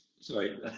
Sorry